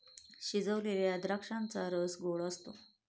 शिजवलेल्या द्राक्षांचा रस गोड असतो